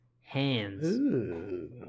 hands